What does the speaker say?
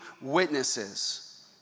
witnesses